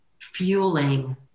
fueling